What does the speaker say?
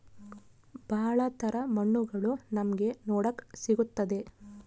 ಭಾಳ ತರ ಮಣ್ಣುಗಳು ನಮ್ಗೆ ನೋಡಕ್ ಸಿಗುತ್ತದೆ